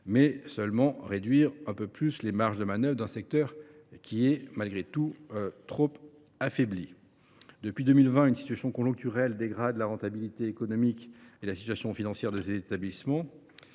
serait de réduire un peu plus les marges de manœuvre d’un secteur qui, en tout état de cause, est par trop affaibli. Depuis 2020, une situation conjoncturelle dégrade la rentabilité économique et la situation financière de ces établissements.